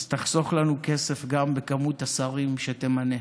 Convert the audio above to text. אז תחסוך לנו כסף גם במספר השרים שתמנה.